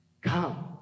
Come